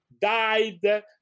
died